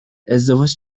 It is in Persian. ازدواج